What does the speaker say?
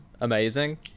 amazing